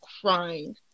crying